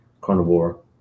carnivore